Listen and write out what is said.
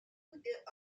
voûtés